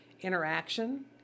interaction